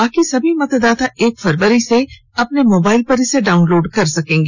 बाकी सभी मतदाता एक फरवरी से अपने मोबाइल पर इसे डाउनलोड कर सकते हैं